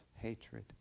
hatred